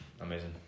Amazing